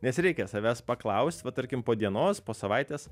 nes reikia savęs paklausti vat tarkim po dienos po savaitės